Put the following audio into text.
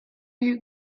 you